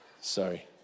Sorry